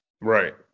Right